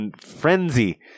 Frenzy